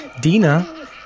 Dina